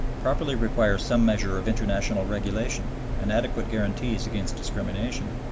properly require some measure of international regulation and adequate guarantees against discrimination.